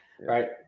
right